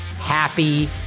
Happy